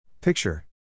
Picture